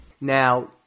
Now